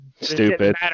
stupid